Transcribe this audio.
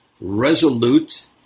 resolute